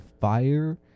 fire